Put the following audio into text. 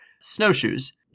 snowshoes